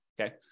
okay